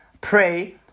pray